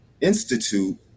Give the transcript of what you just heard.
institute